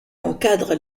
encadre